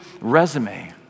resume